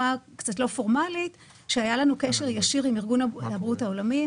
קצת לא פורמלית שהיה לנו קשר ישיר עם ארגון הבריאות העולמי.